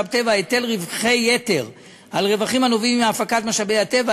משאב טבע היטל רווחי יתר על רווחים הנובעים מהפקת משאבי הטבע.